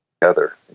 together